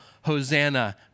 Hosanna